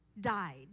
died